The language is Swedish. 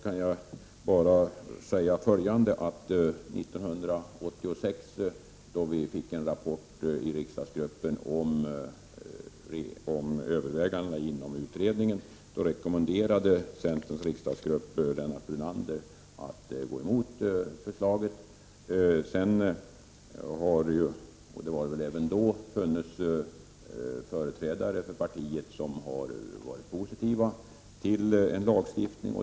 kan jag bara säga: 1986, då vi fick en rapport i riksdagsgruppen om övervägandena inom utredningen, rekommenderade centerns riksdagsgrupp Lennart Brunander att gå emot förslaget. Det fanns även då företrädare för partiet som var positiva till en lagstiftning.